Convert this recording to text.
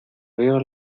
veo